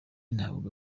ntabwo